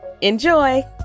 Enjoy